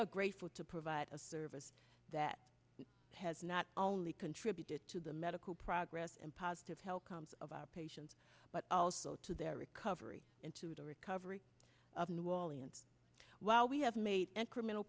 are grateful to provide a service that has not only contributed to the medical progress and positive health comes of our patients but also to their recovery and to the recovery of new orleans while we have made incremental